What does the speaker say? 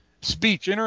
speech